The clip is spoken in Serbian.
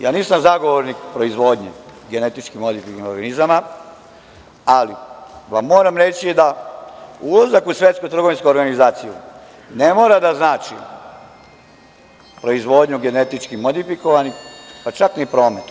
Ja nisam zagovornik proizvodnje genetički modifikovanih organizama, ali vam moram reći da ulazak u Svetsku trgovinsku organizaciju ne mora da znači proizvodnju genetički modifikovanih, pa čak ni promet.